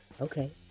Okay